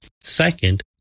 Second